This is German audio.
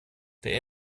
der